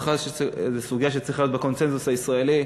זו סוגיה שצריכה להיות בקונסנזוס הישראלי,